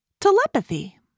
telepathy